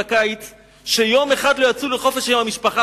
שבקיץ יום אחד לא יצאו לחופש עם המשפחה